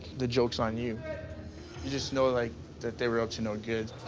the joke's on you. you just know like that they were up to no good.